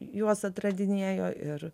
juos atradinėjo ir